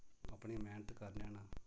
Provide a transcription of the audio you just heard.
अपने मेह्नत करने न